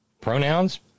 Pronouns